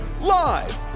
live